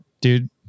dude